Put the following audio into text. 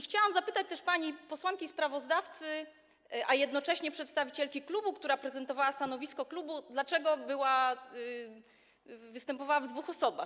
Chciałam zapytać też panią posłankę sprawozdawcę, a jednocześnie przedstawicielkę klubu, która prezentowała stanowisko klubu, dlaczego występowała w dwóch rolach?